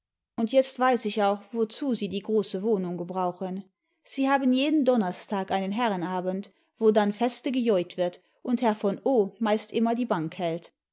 und jetzt weiß ich auch wozu sie die große wohnung gebrauchen sie haben jeden donnerstag einen herrenabend wo dann feste gejeut wird und herr v o meist immer die bank hält